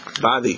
body